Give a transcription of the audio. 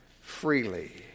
freely